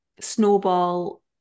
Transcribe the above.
snowball